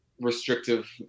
restrictive